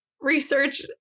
research